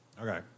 Okay